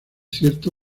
cierto